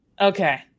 Okay